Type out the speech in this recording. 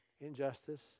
injustice